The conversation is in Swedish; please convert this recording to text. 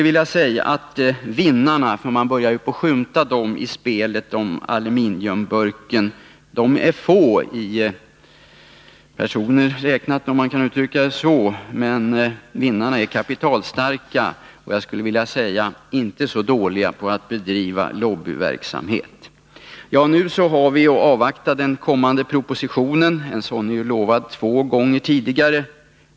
Vinnarna — man börjar nu skymta dessa — i spelet om aluminiumburken är få i personer räknat, om man kan uttrycka det så. Men de är kapitalstarka och jag skulle vilja säga inte så dåliga på att bedriva lobbyverksamhet. Nu har vi att avvakta den kommande propositionen. En proposition har ju lovats två gånger tidigare.